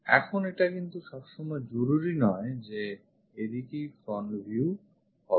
এখন এটা কিন্তু সবসময় জরুরি নয় যে এদিকেই front view হবে